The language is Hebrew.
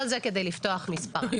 כל זה כדי לפתוח מספרה.